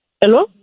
Hello